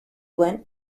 went